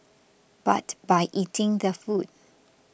but by eating the food